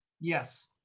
Yes